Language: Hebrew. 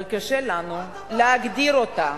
אבל קשה לנו להגדיר אותה.